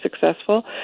successful